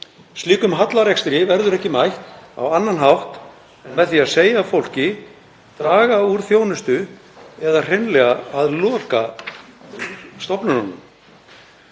Slíkum hallarekstri verður ekki mætt á annan hátt en með því að segja upp fólki, draga úr þjónustu eða hreinlega að loka stofnununum.